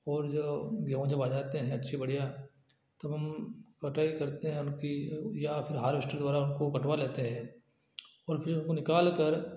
और जो गेहूँ जब आ जाते हैं अच्छी बढ़िया तब हम कटाई करते हैं उनकी या फिर हार्वेस्टर द्वारा उनको कटवा लेते हैं और फिर उनको निकालकर